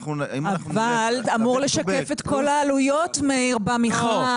אבל זה אמור לשקף את כל העלויות במכרז.